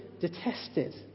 detested